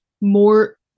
more